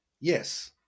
Yes